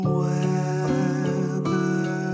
weather